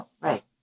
Right